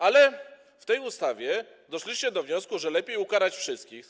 Ale w tej ustawie doszliście do wniosku, że lepiej ukarać wszystkich.